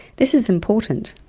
this is important.